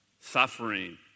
Suffering